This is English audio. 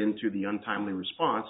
into the untimely response